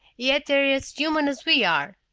yet they're as human as we are!